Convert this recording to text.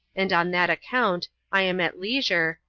and on that account i am at leisure,